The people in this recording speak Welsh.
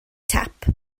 tap